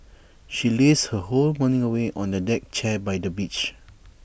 she lazed her whole morning away on A deck chair by the beach